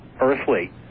earthly